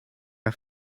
our